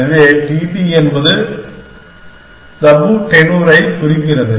எனவே t t என்பது தபு டென்னூரைக் குறிக்கிறது